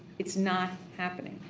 it's not happening.